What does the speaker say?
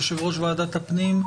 יושב ראש ועדת הפנים,